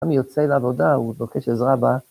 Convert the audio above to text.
אני יוצא לעבודה, הוא מבקש עזרה ב...